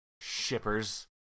shippers